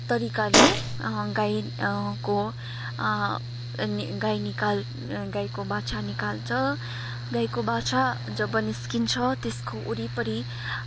तरिकाले गाई को नि गाई निकाल् गाईको बाछा निकाल्छ गाईको बाछा जब निस्किन्छ त्यसको वरिपरि